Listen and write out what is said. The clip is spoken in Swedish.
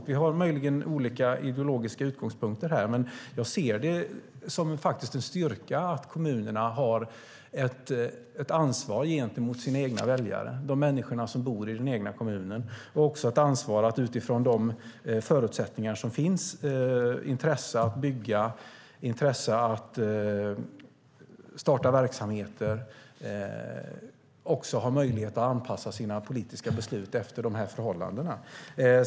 Vi har möjligen olika ideologiska utgångspunkter här, men jag ser det faktiskt som en styrka att kommunerna har ett ansvar gentemot sina egna väljare, de människor som bor i den egna kommunen, att utifrån de förutsättningar som finns visa intresse att bygga, att starta verksamheter och att ha möjlighet att anpassa sina politiska beslut efter de förhållandena.